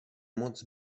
moc